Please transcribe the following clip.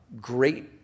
great